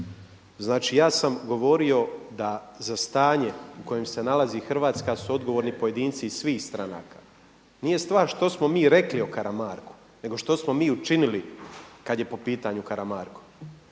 znači ja sam govorio da za stanje u kojem se nalazi Hrvatska su odgovorni pojedinci iz svih stranaka. Nije stvar što smo mi rekli o Karamarku nego što smo mi učinili kad je po pitanju Karamarko.